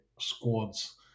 squads